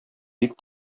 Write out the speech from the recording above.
бик